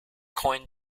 coined